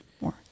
more